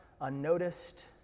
unnoticed